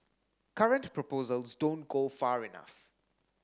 current proposals don't go far enough